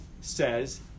says